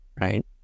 right